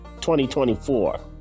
2024